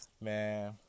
Man